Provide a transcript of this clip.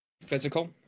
physical